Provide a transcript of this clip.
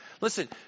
Listen